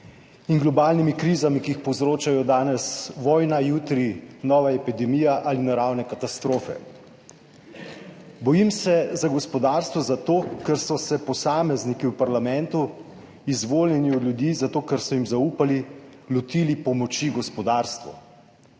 in globalnimi krizami, ki jih povzročajo danes vojna, jutri nova epidemija ali naravne katastrofe. Za gospodarstvo se bojim zato, ker so se posamezniki v parlamentu, izvoljeni od ljudi, ker so jim zaupali, lotili pomoči gospodarstvu.